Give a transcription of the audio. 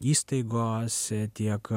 įstaigos tiek